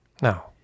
Now